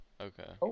Okay